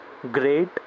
great